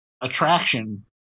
attraction